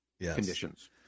conditions